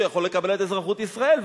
הוא יכול לקבל את אזרחות ישראל,